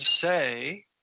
say –